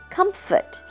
Comfort